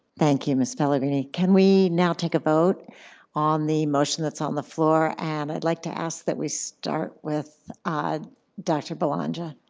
thank you, ms. pellegrini. can we now take a vote on the motion that's on the floor? and i'd like to ask that we start with dr. belongia?